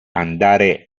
andare